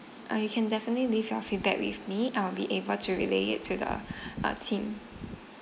or you can definitely leave your feedback with me I'll be able to relay it to the uh team